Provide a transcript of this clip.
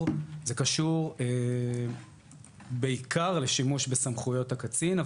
קשור בעיקר לשימוש בסמכויות הקצין,